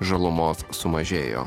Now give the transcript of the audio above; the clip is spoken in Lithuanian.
žalumos sumažėjo